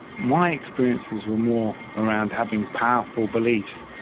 my experiences were more around having powerful beliefs,